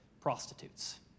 Prostitutes